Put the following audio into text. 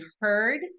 heard